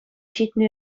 ҫитнӗ